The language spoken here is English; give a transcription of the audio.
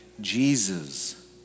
Jesus